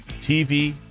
TV